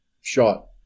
shot